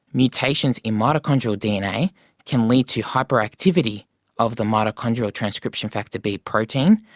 mutations in mitochondrial dna can lead to hyperactivity of the mitochondrial transcription factor b protein,